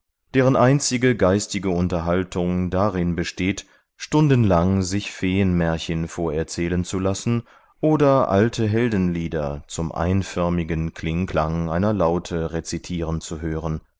deren einzige geistige unterhaltung darin besteht stundenlang sich feenmärchen vorerzählen zu lassen oder alte heldenlieder zum einförmigen klingklang einer laute rezitieren zu hören